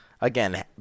Again